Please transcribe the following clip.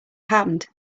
happened